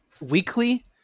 weekly